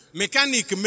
mechanic